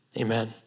amen